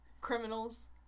Criminals